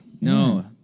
No